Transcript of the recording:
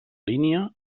línia